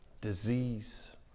disease